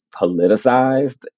politicized